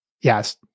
Yes